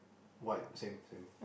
white same same